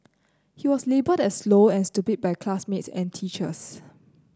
he was labelled as slow and stupid by classmates and teachers